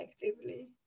effectively